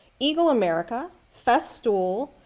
eagle america, festool,